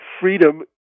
freedom